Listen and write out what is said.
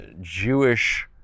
Jewish